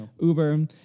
uber